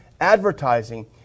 advertising